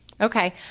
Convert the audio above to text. Okay